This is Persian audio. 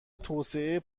توسعه